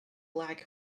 lack